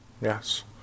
yes